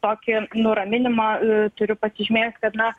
tokį nuraminimą u turiu pasižymėt kad mes